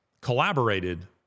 collaborated